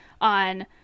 on